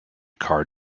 car